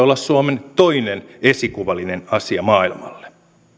olla suomen toinen esikuvallinen asia maailmalle